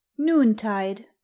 Noontide